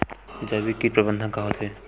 जैविक कीट प्रबंधन का होथे?